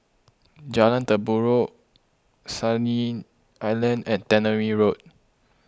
Jalan Sandy Island and Tannery Road